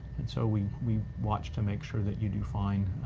and so we we watch to make sure that you do fine,